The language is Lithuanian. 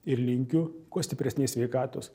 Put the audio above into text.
ir linkiu kuo stipresnės sveikatos